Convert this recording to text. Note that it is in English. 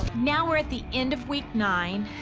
now we're at the end of week nine.